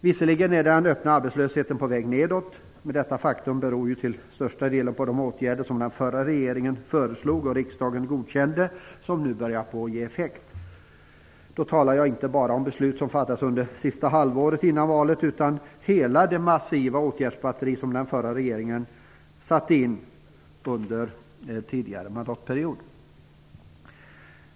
Visserligen är den öppna arbetslösheten på väg nedåt, men detta faktum beror till största delen på att de åtgärder som den förra regeringen föreslog och riksdagen godkände nu börjar ge effekt. Då talar jag inte bara om beslut som fattades under det sista halvåret innan valet, utan om hela det massiva åtgärdsbatteri som den förra regeringen satte in under den tidigare mandatperioden.